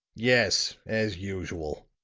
yes as usual!